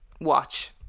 watch